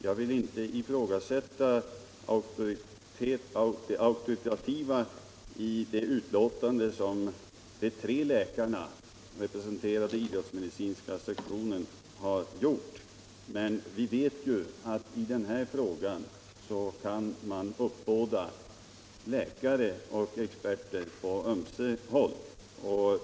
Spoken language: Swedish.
Jag vill inte ifrågasätta det auktoritativa i det utlåtande som de tre läkarna, representerande idrottsmedicinska sektionen, gjort. Men vi vet ju att i denna fråga kan man uppbåda läkare och experter på ömse håll.